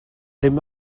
ddim